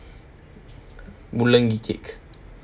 முள்ளங்கி:mullangi cake